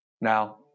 Now